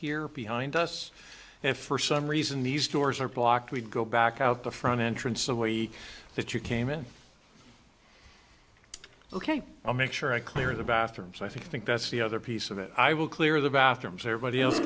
here behind us if for some reason these doors are blocked we'd go back out the front entrance a way that you came in ok i'll make sure i clear the bathroom so i think that's the other piece of it i will clear the bathrooms everybody else